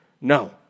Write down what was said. No